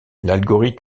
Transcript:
l’algorithme